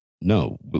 no